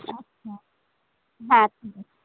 আচ্ছা হ্যাঁ ঠিক আছে